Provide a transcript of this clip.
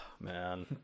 Man